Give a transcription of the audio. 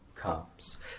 comes